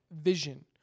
vision